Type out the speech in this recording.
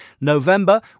November